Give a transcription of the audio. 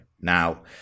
Now